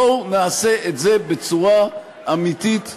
בואו נעשה את זה בצורה אמיתית ורצינית.